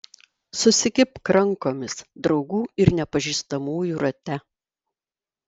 susikibk rankomis draugų ir nepažįstamųjų rate